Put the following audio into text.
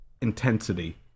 intensity